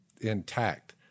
intact